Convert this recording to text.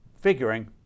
figuring